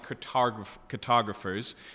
cartographers